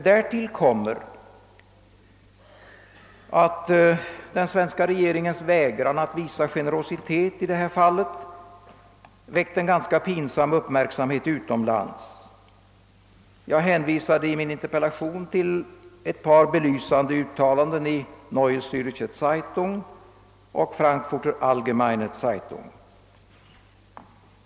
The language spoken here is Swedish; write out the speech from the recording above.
Därtill kommer att den svenska regeringens vägran att visa generositet i detta fall väckt en ganska pinsam uppmärksamhet utomlands. Jag hänvisade i min interpellation till ett par belysande uttalanden i Neue Zärcher Zeitung och Frankfurter Allgemeine Zeitung.